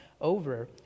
over